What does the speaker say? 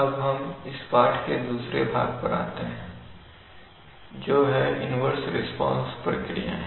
शब्द संग्रह कंट्रोलर भाप प्रवाह दरस्थितियां फीडबैकPI कंट्रोलर समय विलंब पोल अब हम इस पाठ के दूसरे भाग पर आते हैं जो है इन्वर्स रिस्पांस प्रक्रियाएं